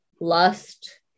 lust